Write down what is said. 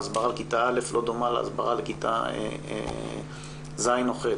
ההסברה בכיתה א' לא דומה להסברה שניתנת בכיתה ז' או ח',